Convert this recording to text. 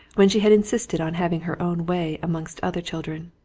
when she had insisted on having her own way amongst other children.